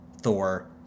Thor